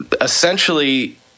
essentially